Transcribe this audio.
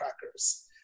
Crackers